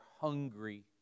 hungry